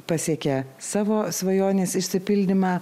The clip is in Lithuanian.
pasiekė savo svajonės išsipildymą